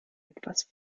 etwas